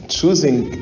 Choosing